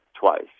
twice